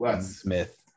Smith